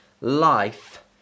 Life